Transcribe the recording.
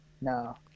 No